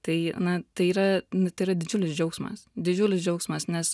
tai na tai yra nu tai yra didžiulis džiaugsmas didžiulis džiaugsmas nes